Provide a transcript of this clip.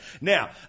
Now